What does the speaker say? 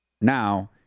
now